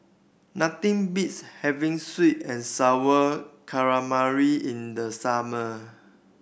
nothing beats having sweet and Sour Calamari in the summer